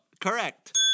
Correct